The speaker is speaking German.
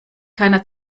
keiner